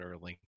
early